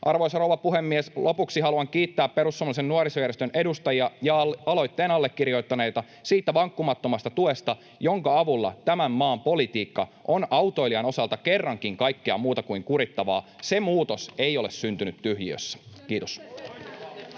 Arvoisa rouva puhemies! Lopuksi haluan kiittää perussuomalaisen nuorisojärjestön edustajia ja aloitteen allekirjoittaneita siitä vankkumattomasta tuesta, jonka avulla tämän maan politiikka on autoilijan osalta kerrankin kaikkea muuta kuin kurittavaa. Se muutos ei ole syntynyt tyhjiössä. — Kiitos.